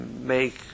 make